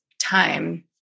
time